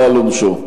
בא על עונשו.